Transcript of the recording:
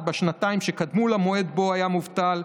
בשנתיים שקדמו למועד שבו היה מובטל.